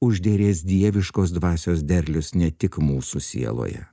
užderės dieviškos dvasios derlius ne tik mūsų sieloje